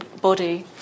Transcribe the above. body